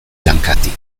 lankatik